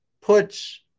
puts